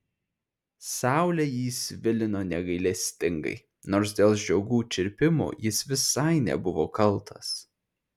saulė jį svilino negailestingai nors dėl žiogų čirpimo jis visai nebuvo kaltas